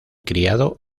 criado